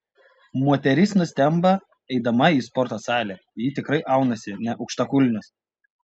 moteris nustemba eidama į sporto salę ji tikrai aunasi ne aukštakulnius